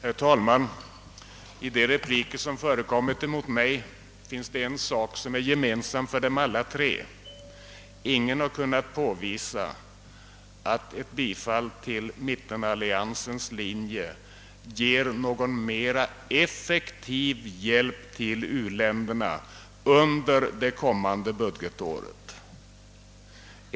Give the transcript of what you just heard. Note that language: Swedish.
Herr talman! De repliker som här har riktats mot mig har haft en sak gemensam: ingen har kunnat påvisa att ett bifall till mittenalliansens förslag ger en mera effektiv hjälp till u-länder na under det kommande budgetåret.